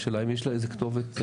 השאלה אם יש איזו כתובת שאפשר.